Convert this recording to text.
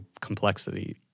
complexity